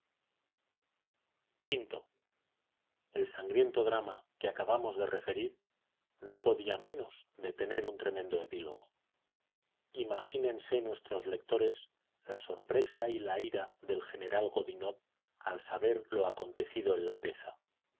v el sangriento drama que acabamos de referir no podía menos de tener un tremendo epílogo imagínense nuestros lectores la sorpresa y la ira del general godinot al saber lo acontecido en lapeza